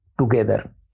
together